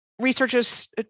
researchers